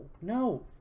no